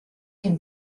can